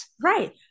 Right